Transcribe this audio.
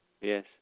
Yes